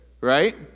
Right